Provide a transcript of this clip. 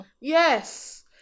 Yes